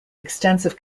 extensive